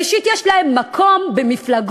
ראשית, יש להם מקום במפלגות.